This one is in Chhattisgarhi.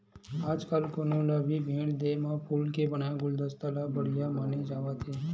आजकाल कोनो ल भी भेट देय म फूल के बनाए गुलदस्ता ल बड़िहा माने जावत हे